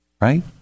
right